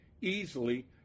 easily